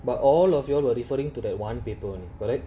but all of you all were referring to that one paper on correct